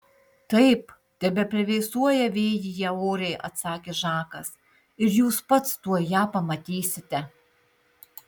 taip tebeplevėsuoja vėjyje oriai atsakė žakas ir jūs pats tuoj ją pamatysite